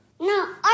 No